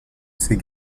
ces